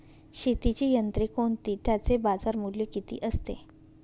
शेतीची यंत्रे कोणती? त्याचे बाजारमूल्य किती असते?